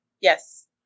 Yes